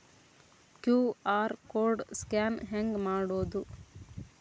QR code scan ಹೆಂಗ್ ಮಾಡೋದು?